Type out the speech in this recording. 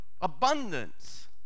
abundance